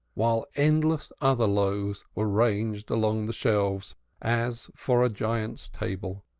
while endless other loaves were ranged along the shelves as for a giant's table.